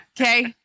Okay